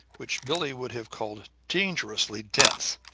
which billie would have called dangerously dense.